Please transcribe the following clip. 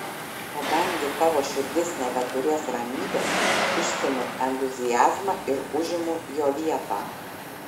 kadangi tavo širdis nebeturės ramybės išstumiu entuziazmą ir užimu jo vietą